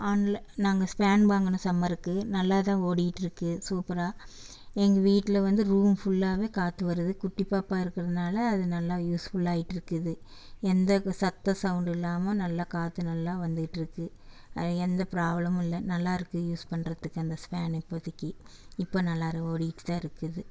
ஆன்ல நாங்கள் ஸ்பேன் வாங்கினோம் சம்மருக்கு நல்லா தான் ஓடிகிட்ருக்கு சூப்பராக எங்கள் வீட்டில் வந்து ரூம் ஃபுல்லாகவே காற்று வருது குட்டி பாப்பா இருக்கறதுனால் அது நல்லா யூஸ்ஃபுல்லாக ஆகிட்ருக்குது எந்த க சத்த சவுண்டு இல்லாமல் நல்லா காற்று நல்லா வந்துக்கிட்டிருக்கு எந்த ப்ராப்ளமும் இல்லை நல்லாயிருக்கு யூஸ் பண்றதுக்கு அந்த ஸ்பேனு இப்போதிக்கு இப்போ நல்லாரு ஒடிக்கிட்டு தான் இருக்குது